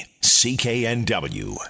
CKNW